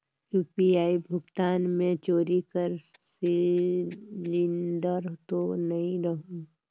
UPI भुगतान मे चोरी कर सिलिंडर तो नइ रहु?